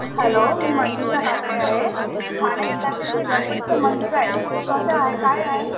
hello मी मंजुशा काकडे आहे ठाणे जिल्ह्यातील जे गणपतीचं मंदिर आहे ते कसं आहे काय आहे